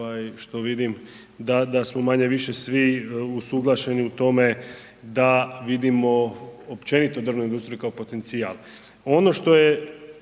što vidim da smo manje-više svi usuglašeni u tome da vidimo općenito drvnu industriju kao potencijal.